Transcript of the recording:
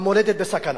המולדת בסכנה.